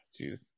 jeez